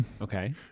Okay